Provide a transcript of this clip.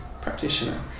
practitioner